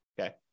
okay